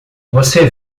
você